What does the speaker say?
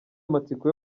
amatsiko